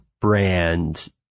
brand